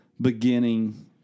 beginning